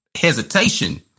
hesitation